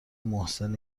محسن